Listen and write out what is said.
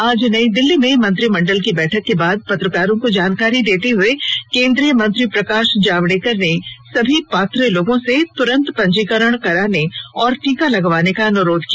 आज नई दिल्ली में मंत्रिमंडल की बैठक के बाद पत्रकारों को जानकारी देते हुए केंद्रीय मंत्री प्रकाश जावड़ेकर ने सभी पात्र लोगों से तुरंत पंजीकरण कराने और टीका लगवाने का अनुरोध किया